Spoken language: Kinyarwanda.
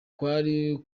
kwari